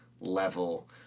level